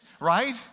Right